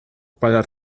para